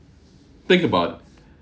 think about it